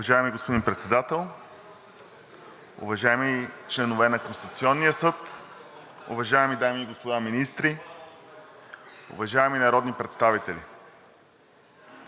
Уважаеми господин Председател, уважаеми членове на Конституционния съд, уважаеми дами и господа министри, уважаеми народни представители!